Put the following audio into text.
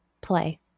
play